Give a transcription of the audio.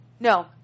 No